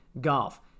golf